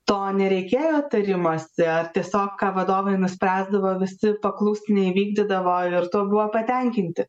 to nereikėjo tarimosi ar tiesiog ką vadovai nuspręsdavo visi paklusniai vykdydavo ir tuo buvo patenkinti